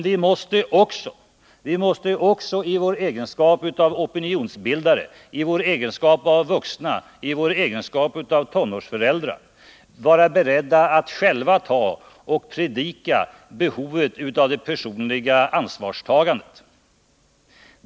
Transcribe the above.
Vi måste emellertid också i vår egenskap av opinionsbildare, i vår egenskap av vuxna och tonårsföräldrar vara beredda att själva predika behovet av det personliga ansvarstagandet.